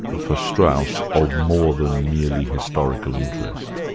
for strauss, of more than merely historical interest?